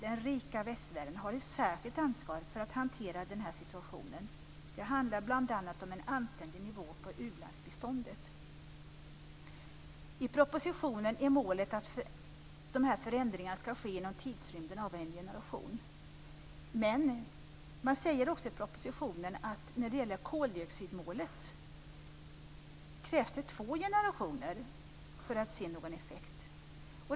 Den rika västvärlden har ett särskilt ansvar för att hantera den här situationen. Det handlar bl.a. om en anständig nivå på u-landsbiståndet. I propositionen är målet att förändringarna skall ske inom tidsrymden av en generation. Men man säger också i propositionen att när det gäller koldioxidmålet krävs det två generationer för att se någon effekt.